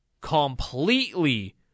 completely